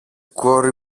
κόρη